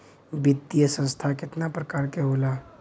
वित्तीय संस्था कितना प्रकार क होला?